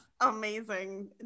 Amazing